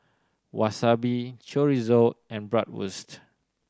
Wasabi Chorizo and Bratwurst